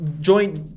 joint